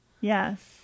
Yes